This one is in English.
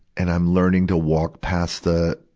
and i'm learning to walk past the,